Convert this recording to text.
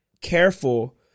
careful